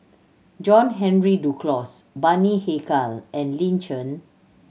John Henry Duclos Bani Haykal and Lin Chen